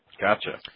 Gotcha